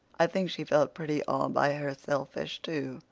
i think she felt pretty all-by-herselfish, too.